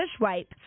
wipe